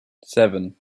seven